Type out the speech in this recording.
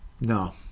No